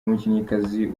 umukinnyikazi